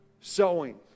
sowing